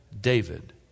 David